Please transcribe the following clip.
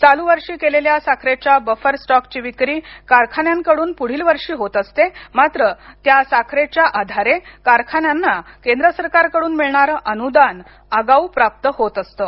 चालू वर्षी केलेल्या साखरेच्या बफर स्टॉक ची विक्री कारखान्यांकडून पुढील वर्षी होत असते मात्र त्या साखरेच्या आधारे कारखान्यांना केंद्र सरकारकडून मिळणारं अनुदान आगाऊ प्राप्त होत असतं